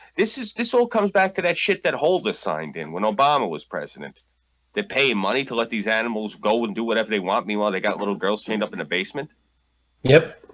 this is this all comes back to that shit that holder signed in when obama was president they pay money to let these animals go and do whatever they want meanwhile. they got little girls chained up in the basement yep